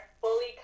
fully